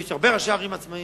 יש הרבה ראשי ערים עצמאים,